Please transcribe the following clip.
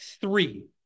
three